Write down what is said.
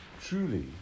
truly